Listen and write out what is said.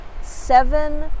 seven